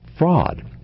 Fraud